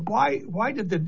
why why did the